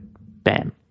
bam